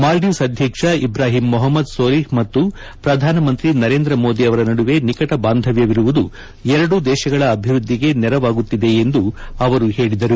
ಮಾಲ್ಡೀವ್ಸ್ ಅಧ್ಯಕ್ಷ ಇಬ್ರಾಹಿಂ ಮೊಹಮದ್ ಸೋಲಿಹ್ ಮತ್ತು ಪ್ರಧಾನಮಂತ್ರಿ ನರೇಂದ್ರ ಮೋದಿ ಅವರ ನಡುವೆ ನಿಕಟ ಬಾಂಧವ್ಯವಿರುವುದು ಎರಡೂ ದೇಶಗಳ ಅಭಿವೃದ್ಧಿಗೆ ನೆರವಾಗುತ್ತಿದೆ ಎಂದು ಅವರು ಹೇಳಿದರು